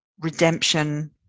redemption